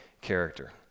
character